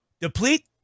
Deplete